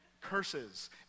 curses